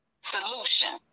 Solution